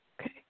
okay